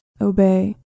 obey